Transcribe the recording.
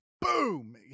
Boom